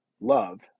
love